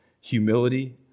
humility